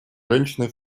женщины